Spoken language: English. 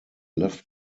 left